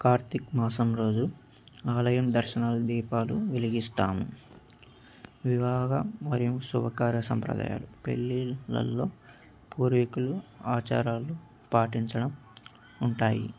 కార్తక మాసం రోజు ఆలయ దర్శనాలు దీపాలు వెలిగిస్తాము వివాహ మరియు శుభకార్య సంప్రదాయాలు పెళ్ళిళ్ళలో పూర్వీకులు ఆచారాలు పాటించడం ఉంటాయి